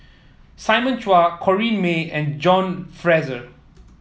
Simon Chua Corrinne May and John Fraser